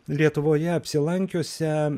lietuvoje apsilankiusią